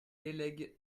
délègue